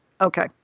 Okay